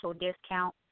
discount